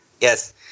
Yes